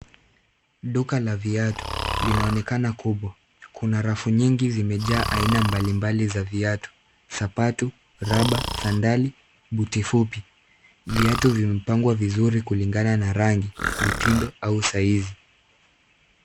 Duka la vitu linaonekana kubwa. Kuna rafu nyingi zimejaa aina mbalimbali za viatu; sapatu, raba, sandali, buti fupi. Viatu vimepangwa vizuri kulingana na rangi, mitindo au saizi.